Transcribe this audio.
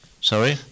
Sorry